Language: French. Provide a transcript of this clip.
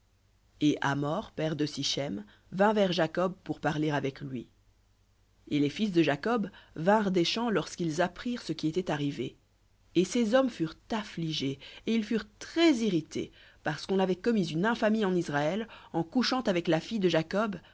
et hamor père de sichem vint vers jacob pour parler avec lui et les fils de jacob vinrent des champs lorsqu'ils apprirent et ces hommes furent affligés et ils furent très irrités parce qu'on avait commis une infamie en israël en couchant avec la fille de jacob